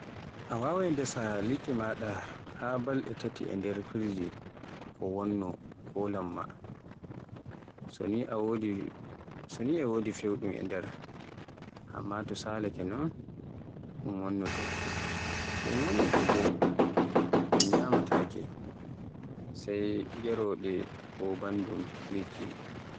A waawai ndesa liɗɗi masa haa balɗe tati e nder Firji ko wonno ko lamma so ni e wodi fewɗum e nder. Amma to salaake non ɗun wonnoto, to ɗun wonnake bo ɗun ñyamataake sai geroɗe ko bandum liɗɗi.